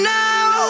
now